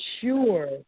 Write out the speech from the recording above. sure